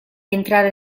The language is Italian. entrare